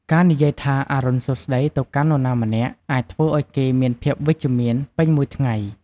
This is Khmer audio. ការនិយាយថា "អរុណសួស្តី" ទៅកាន់នរណាម្នាក់អាចធ្វើឱ្យគេមានភាពវិជ្ជមាន ពេញមួយថ្ងៃ។